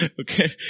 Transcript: okay